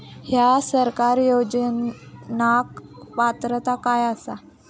हया सरकारी योजनाक पात्रता काय आसा?